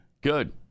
Good